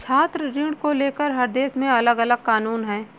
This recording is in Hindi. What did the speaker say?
छात्र ऋण को लेकर हर देश में अलगअलग कानून है